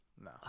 No